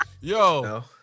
yo